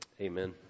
amen